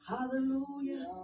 Hallelujah